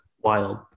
Wild